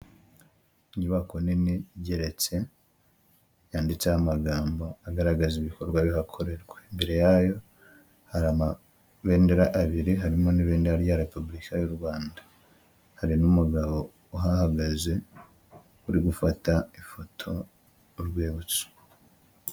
Inyubako nini igeretse yanditseho amagambo agaragaza ibikorwa bihakorerwa, imbere yayo hari amabendera abiri, harimo n'ibendera rya repubulika y'u Rwanda. Hari n'umugabo uhahagaze uri gufata ifoto y'urwibutso.